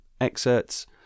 excerpts